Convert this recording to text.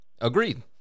Agreed